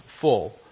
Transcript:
full